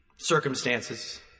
Circumstances